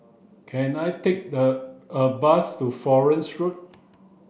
can I take the a bus to Florence Road